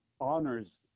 honors